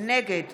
נגד